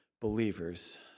believers